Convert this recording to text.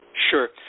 Sure